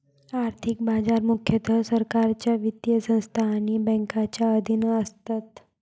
आर्थिक बाजार मुख्यतः सरकारच्या वित्तीय संस्था आणि बँकांच्या अधीन असतात